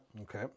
Okay